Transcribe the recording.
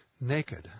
naked